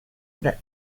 that